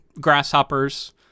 grasshoppers